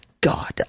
God